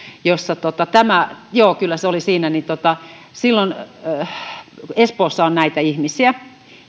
jossa tämä joo kyllä se oli siinä espoossa on näitä ihmisiä